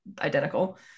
identical